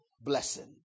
blessing